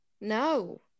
No